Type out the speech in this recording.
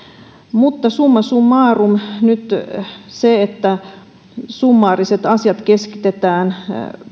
mutta summa summarum se että summaariset asiat keskitetään